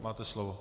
Máte slovo.